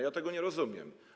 Ja tego nie rozumiem.